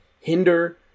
hinder